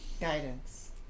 Guidance